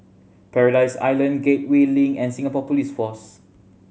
Paradise Island Gateway Link and Singapore Police Force